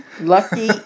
lucky